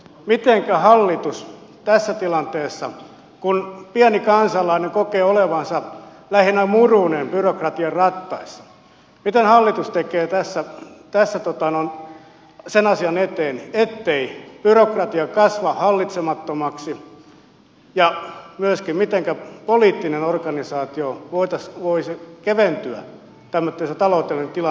mitä hallitus tässä tilanteessa kun pieni kansalainen kokee olevansa lähinnä murunen byrokratian rattaissa tekee sen asian eteen ettei byrokratia kasva hallitsemattomaksi ja myöskin mitenkä poliittinen organisaatio voisi keventyä tämmöisen taloudellisen tilanteen edessä